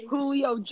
Julio